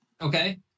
okay